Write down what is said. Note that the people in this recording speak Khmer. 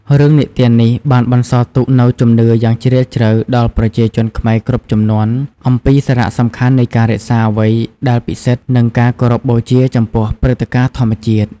រឿងនិទាននេះបានបន្សល់ទុកនូវជំនឿយ៉ាងជ្រាលជ្រៅដល់ប្រជាជនខ្មែរគ្រប់ជំនាន់ អំពីសារៈសំខាន់នៃការរក្សាអ្វីដែលពិសិដ្ឋ និងការគោរពបូជាចំពោះព្រឹត្តិការណ៍ធម្មជាតិ។